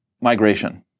migration